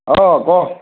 অ ক'